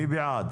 מי בעד?